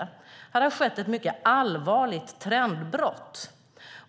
Här har det skett ett mycket allvarligt trendbrott.